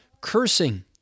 cursing